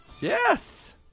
Yes